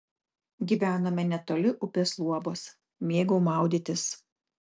gyvenome netoli upės luobos mėgau maudytis